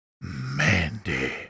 Mandy